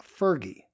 Fergie